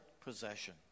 possession